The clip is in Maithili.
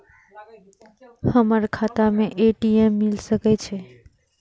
हमर खाता में ए.टी.एम मिल सके छै?